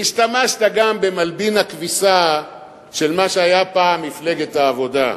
והשתמשת גם במלבין הכביסה של מה שהיה פעם מפלגת העבודה.